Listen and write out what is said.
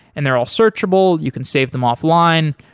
and they're all searchable, you can save them offline.